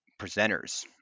presenters